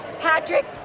Patrick